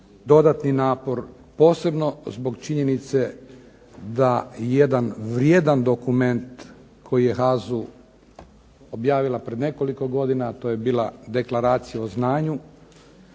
dodatni napor posebno zbog činjenice da jedan vrijedan dokument koji je HAZU objavila pred nekoliko godina, a to je bila Deklaracija o znanju